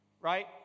right